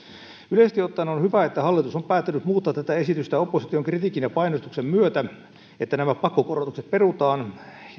yleisesti ottaen on hyvä että hallitus on päättänyt muuttaa tätä esitystä opposition kritiikin ja painostuksen myötä että nämä pakkokorotukset perutaan